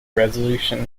resolution